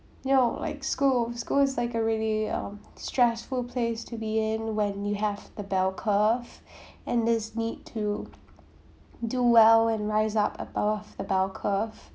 you know like school school is like a really uh stressful place to be in when you have the bell curve and this need to do well and rise up above the bell curve